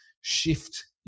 shift